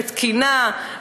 בתקינה,